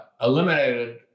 eliminated